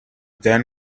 then